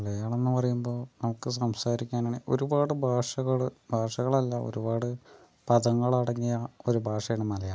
മലയാളമെന്നു പറയുമ്പോൾ നമുക്ക് സംസാരിക്കാനാണെങ്കിൽ ഒരുപാട് ഭാഷകള് ഭാഷകളല്ല ഒരുപാട് പദങ്ങളടങ്ങിയ ഒരു ഭാഷയാണ് മലയാളം